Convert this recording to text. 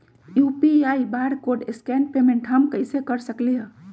UPI barcode scan payment हम कईसे कर सकली ह?